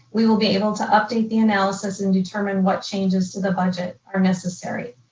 we will be able to update the analysis and determine what changes to the budget are necessary.